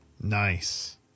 nice